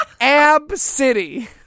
Ab-City